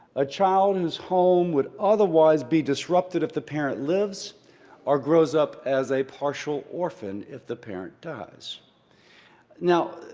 a child whose home would otherwise be disrupted if the parent lives or grows up as a partial orphan if the parent dies now,